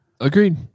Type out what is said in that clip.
Agreed